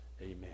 Amen